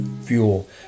fuel